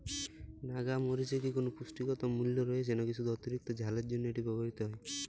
নাগা মরিচে কি কোনো পুষ্টিগত মূল্য রয়েছে নাকি শুধু অতিরিক্ত ঝালের জন্য এটি ব্যবহৃত হয়?